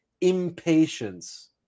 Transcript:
impatience